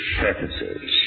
purposes